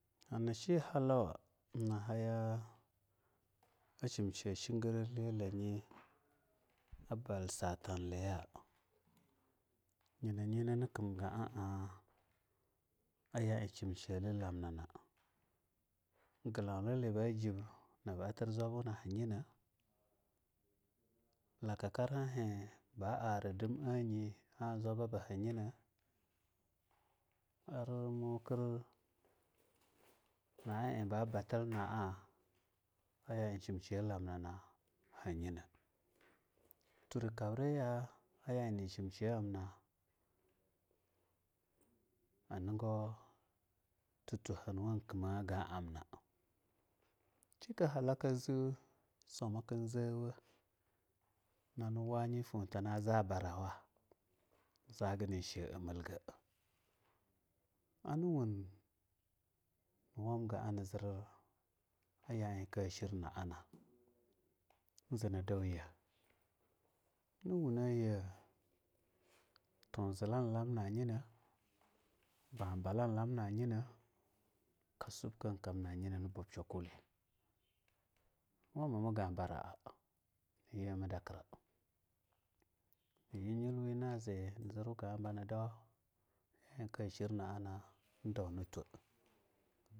Anashi halum nahaya shim she shigeralayi a bal satanliya nyina ye nani kimgaa yaa ie shim shalilamnina glaula li ba jib nab atir zwa hayina lakukar hahi ba ari dimayi a zwaba na baha nyina ar mokir naa ee ba batii naa yaie shim shelila mnina hanyina, turka briya yaiee shim shela na a nigau totohonwu ma kima a ga amna. Shikjala kan zee swamakan zeewo naniwa nyifo tana za barawa na zaga a na she a milga aniwun ni wam ga ana zeer a ya aiee ka shirna ana zeeni daunye niwunaye tuzla lamna nyina babala lamna nyina ka subka kamna nibub shekule na wamama ga bul a ni yema dakra niyi yelwe na zee na zirwa ga a bani dau, a nya a iee ka shirnana ni dau ne tue.